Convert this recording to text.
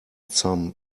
some